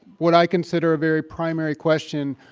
what i consider a very primary question,